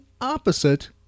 opposite